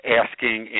asking